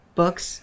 books